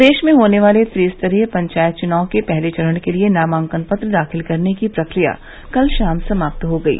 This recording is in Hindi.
प्रदेश में होने वाले त्रिस्तरीय पंचायत चुनाव के पहले चरण के लिए नामांकन पत्र दाखिल करने की प्रक्रिया कल शाम समाप्त हो गयी